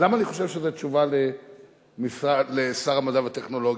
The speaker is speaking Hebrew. למה אני חושב שזה תשובה לשר המדע והטכנולוגיה?